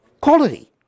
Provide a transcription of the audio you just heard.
Quality